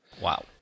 Wow